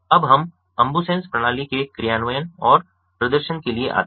अब हम अम्बुसेन्स प्रणाली के कार्यान्वयन और प्रदर्शन के लिए आते हैं